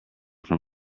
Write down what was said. from